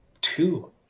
two